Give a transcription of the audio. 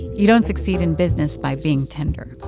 you don't succeed in business by being tender.